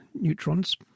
neutrons